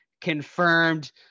confirmed